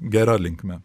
gera linkme